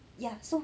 ya so